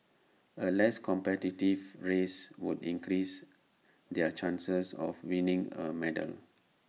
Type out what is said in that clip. A less competitive race would increase their chances of winning A medal